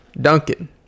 Duncan